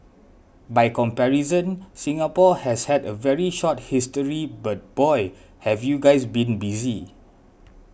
by comparison Singapore has had a very short history but boy have you guys been busy